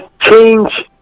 change